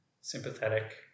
sympathetic